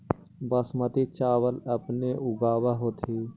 बासमती चाबल अपने ऊगाब होथिं?